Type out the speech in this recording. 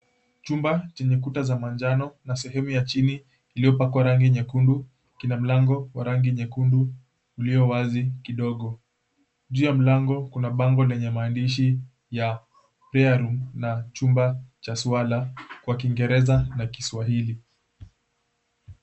Chumba chenye kuta za manjano na sehemu ya chini iliyopakwa rangi nyekundu kina mlango wa rangi nyekundu ulio wazi kidogo. Juu ya mlango kuna bango lenye maandishi ya, Prayer Room na chumba cha swala kwa Kiingereza na Kiswahili.